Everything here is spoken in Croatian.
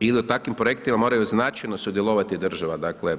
i da u takvim projektima moraju značajno sudjelovati država, dakle,